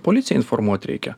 policiją informuot reikia